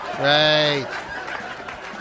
Right